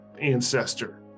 ancestor